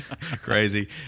crazy